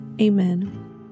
Amen